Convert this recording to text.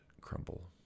crumble